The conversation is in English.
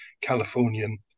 Californian